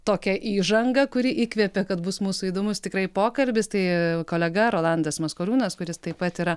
tokią įžangą kuri įkvėpė kad bus mūsų įdomus tikrai pokalbis tai kolega rolandas maskoliūnas kuris taip pat yra